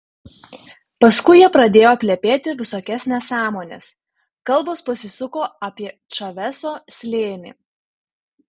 paskui jie pradėjo plepėti visokias nesąmones kalbos pasisuko apie čaveso slėnį